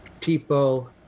people